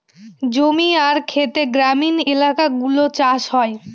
জমি আর খেতে গ্রামীণ এলাকাগুলো চাষ হয়